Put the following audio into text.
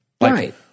Right